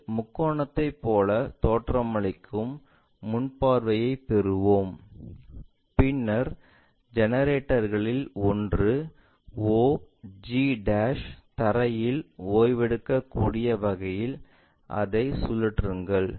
ஒரு முக்கோணத்தைப் போல தோற்றமளிக்கும் முன் பார்வையைப் பெறுவோம் பின்னர் ஜெனரேட்டர்களில் ஒன்று o g தரையில் ஓய்வெடுக்கக்கூடிய வகையில் அதை சுழற்றுங்கள்